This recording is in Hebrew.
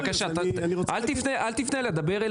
בבקשה, תמשיך.